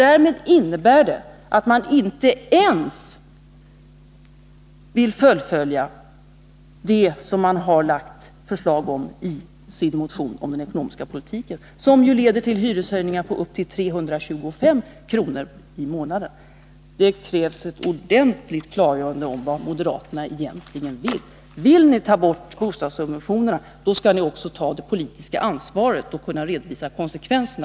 Det medför att man inte ens vill fullfölja vad man har föreslagit i sin motion om den ekonomiska politiken, ett förslag som ju leder till hyreshöjningar på upp till 325 kr i månaden. Det krävs ett ordentligt klargörande av vad moderaterna egentligen vill. Vill ni ta bort bostadssubventionerna, skall ni också ta det politiska ansvaret för det och redovisa konsekvenserna.